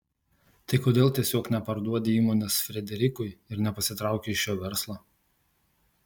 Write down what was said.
tai kodėl tiesiog neparduodi įmonės frederikui ir nepasitrauki iš šio verslo